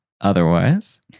otherwise